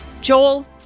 Joel